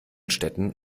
städten